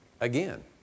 again